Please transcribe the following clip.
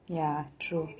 ya true